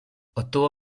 obtuvo